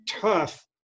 tough